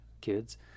kids